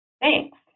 Thanks